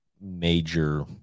major